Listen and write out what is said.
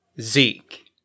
Zeke